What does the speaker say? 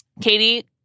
Katie